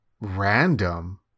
random